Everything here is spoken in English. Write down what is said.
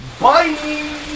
Bye